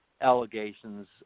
allegations